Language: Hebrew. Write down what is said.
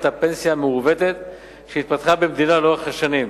הפנסיה המעוותת שהתפתחה במדינה לאורך השנים.